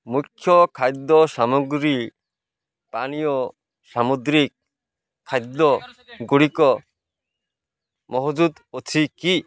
ମୁଖ୍ୟ ଖାଦ୍ୟ ସାମଗ୍ରୀ ପାନୀୟ ସାମୁଦ୍ରିକ ଖାଦ୍ୟଗୁଡ଼ିକ ମହଜୁଦ ଅଛି କି